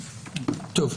טוב.